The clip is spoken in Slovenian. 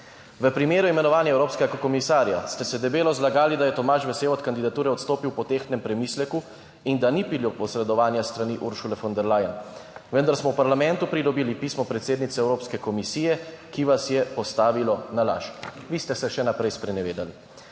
V primeru imenovanja evropskega komisarja ste se debelo zlagali, da je Tomaž Vesel od kandidature odstopil po tehtnem premisleku in da ni bilo posredovanja s strani Ursule von der Leyen, vendar smo v parlamentu pridobili pismo predsednice Evropske komisije, ki vas je postavilo na laž. Vi ste se še naprej sprenevedali.